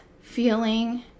feeling